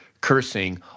cursing